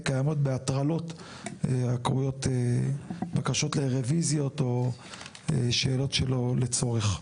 קיימות בהטרלות הקרויות בקשות לרוויזיות או שאלות שלא לצורך.